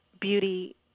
beauty